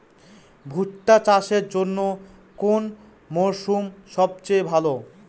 ভুট্টা চাষের জন্যে কোন মরশুম সবচেয়ে ভালো?